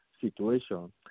situation